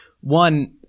One